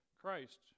Christ